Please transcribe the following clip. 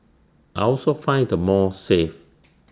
I also find the mall safe